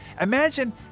Imagine